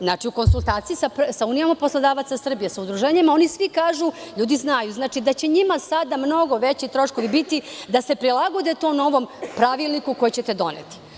Znači, u konstultaciji sa Unijom poslodavaca Srbije, sa udruženjima, oni kažu, ljudi znaju, da će njima sada mnogo veći troškovi biti da se prilagode tom novom pravilniku koji ćete doneti.